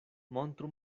montru